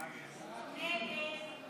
הצעת סיעת מרצ